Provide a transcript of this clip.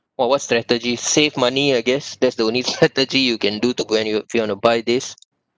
what what strategies save money I guess that's the only strategy you can do to go and if you want to buy these